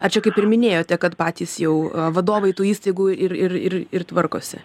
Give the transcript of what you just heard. ar čia kaip ir minėjote kad patys jau vadovai tų įstaigų ir ir ir ir tvarkosi